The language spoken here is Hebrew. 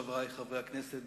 חברי חברי הכנסת,